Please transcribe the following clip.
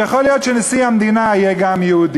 ויכול להיות שגם נשיא המדינה יהיה יהודי.